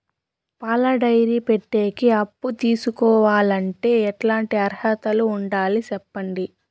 పాల డైరీ పెట్టేకి అప్పు తీసుకోవాలంటే ఎట్లాంటి అర్హతలు ఉండాలి సెప్పండి?